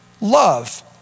love